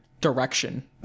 direction